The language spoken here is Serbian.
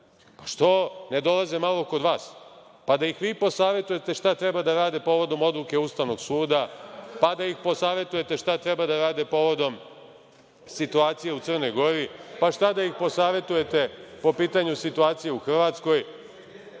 Pa, što ne dolaze malo kod vas, pa da ih vi posavetujete šta treba da rade povodom odluke Ustavnog suda, pa da ih posavetujete šta treba da rade povodom situacije u Crnoj Gori, pa šta da ih posavetujete po pitanju situacije u Hrvatskoj. Dakle,